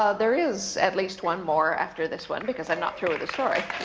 ah there is at least one more after this one because i'm not through with the story.